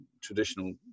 traditional